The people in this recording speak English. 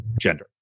gender